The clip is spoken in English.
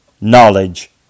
knowledge